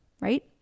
right